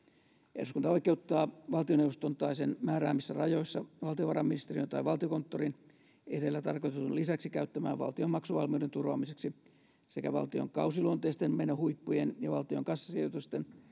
eduskunta oikeuttaa valtioneuvoston tai sen määräämissä rajoissa valtiovarainministeriön tai valtiokonttorin edellä tarkoitetun lisäksi käyttämään valtion maksuvalmiuden turvaamiseksi sekä valtion kausiluonteisten menohuippujen ja valtion kassasijoitusten